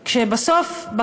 בסוף,